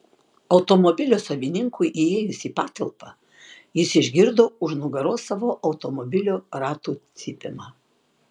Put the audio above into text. automobilio savininkui įėjus į patalpą jis išgirdo už nugaros savo automobilio ratų cypimą